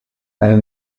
elle